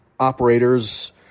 operators